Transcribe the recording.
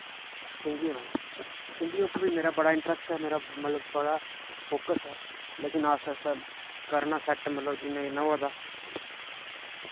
singing line singing उप्पर बी मेरा बड़ा इंटरैस्ट ऐ मेरा मतलब बड़ा फोकस ऐ लेकिन आस्तै आस्तै करना सैट्ट मतलब जिन्ना जिन्ना होआ करदा